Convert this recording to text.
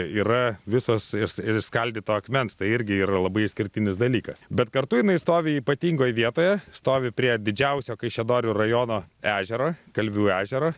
yra visos iš ir iš skaldyto akmens tai irgi yra labai išskirtinis dalykas bet kartu jinai stovi ypatingoj vietoje stovi prie didžiausio kaišiadorių rajono ežero kalvių ežero